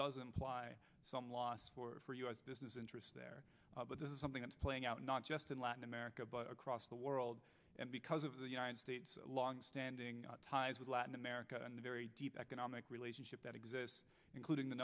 doesn't fly some loss for u s business interests there but this is something that's playing out not just in latin america but across the world and because of the united states longstanding ties with latin america and a very deep economic relationship that exists including the